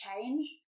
changed